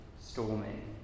storming